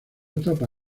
etapa